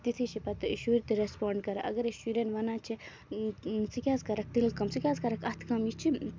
تِتھٕے چھِ پَتہٕ شُرۍ تہِ ریسپونڈ کران اَگر أسۍ شُرین وَنان چھِ ژٕ کیازِ کرکھ تِلہٕ کٲم ژٕ کیازِ کَرکھ اَتھٕ کٲم یہِ چھِ